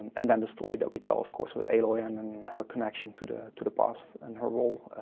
and then the story that we tell, of course, with aloy and and her connection to the to the past and her role.